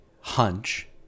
hunch